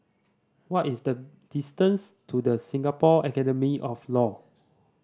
what is the distance to The Singapore Academy of Law